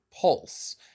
Pulse